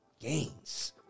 gains